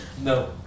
No